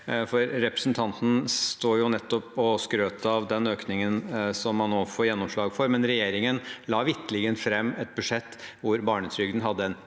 Representanten sto nettopp og skrøt av den økningen man nå får gjennomslag for, men regjeringen la vitterlig fram et budsjett hvor barnetrygden hadde en